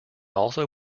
also